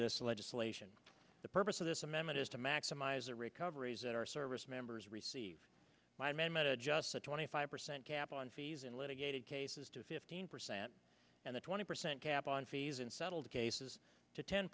this legislation the purpose of this amendment is to maximize the recoveries that our service members receive my amendment adjusts the twenty five percent cap on fees and litigated cases to fifteen percent and the twenty percent cap on fees in settled cases to ten